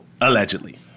Allegedly